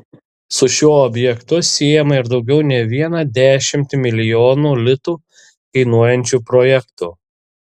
su šiuo objektu siejama ir daugiau ne vieną dešimtį milijonų litų kainuojančių projektų